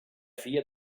filla